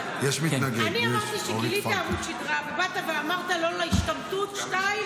אמרתי שגילית עמוד שדרה ואמרת לא להשתמטות; שתיים,